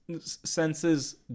senses